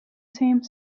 same